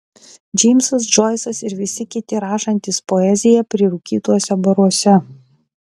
džeimsas džoisas ir visi kiti rašantys poeziją prirūkytuose baruose